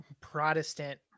Protestant